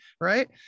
right